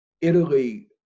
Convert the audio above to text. Italy